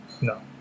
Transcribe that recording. No